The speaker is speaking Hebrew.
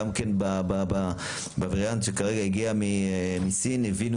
גם עם הווריאנט שכרגע הגיע מסין הם הבינו